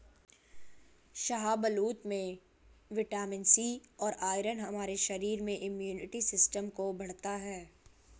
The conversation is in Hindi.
शाहबलूत में विटामिन सी और आयरन हमारे शरीर में इम्युनिटी सिस्टम को बढ़ता है